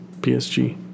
PSG